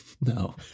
No